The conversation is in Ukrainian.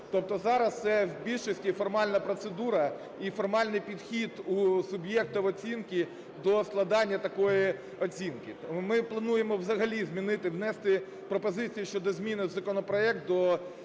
Тобто зараз це в більшості формальна процедура і формальний підхід у суб'єктів оцінки до складання такої оцінки. Ми плануємо взагалі змінити, внести пропозиції щодо зміни в законопроект про